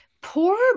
poor